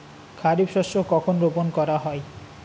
খারিফ শস্য কখন রোপন করা হয়?